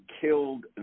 killed